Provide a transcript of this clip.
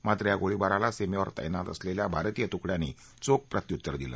मात्र या गोळीबाराला सीमेवर तैनात असलेल्या भारतीय तुकड्यांनी चोख प्रत्युत्तर दिलं